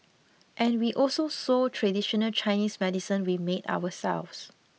and we also sold traditional Chinese medicine we made ourselves